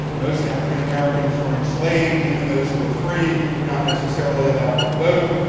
most african-americans were enslaved, even those who were free, not necessarily allowed to vote.